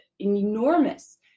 enormous